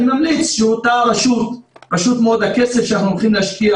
אני ממליץ שבמקום אותה הרשות פשוט מאוד הכסף שאנחנו הולכים להשקיע